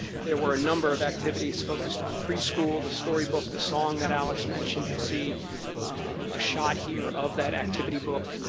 there were a number of activities focused on preschool, the story book, song that alex mentioned, you'll see a shot here of that activity book,